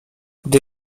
gdy